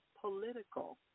political